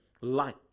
light